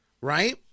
right